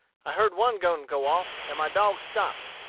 i heard one gun go off, and my dogs stopped,